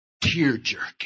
tear-jerking